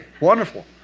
wonderful